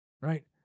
right